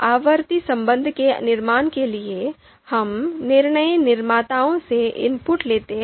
आवर्ती संबंध के निर्माण के लिए हम निर्णय निर्माताओं से इनपुट लेते हैं